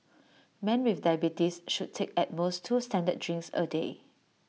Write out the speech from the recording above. men with diabetes should take at most two standard drinks A day